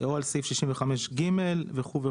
או על סעיף 65ג, וכו'.